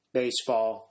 baseball